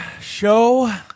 show